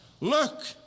look